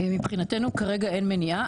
מבחינתנו כרגע אין מניעה.